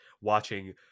watching